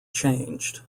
changed